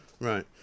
Right